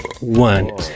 one